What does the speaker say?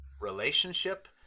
relationship